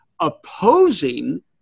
opposing